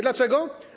Dlaczego?